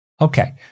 Okay